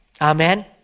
Amen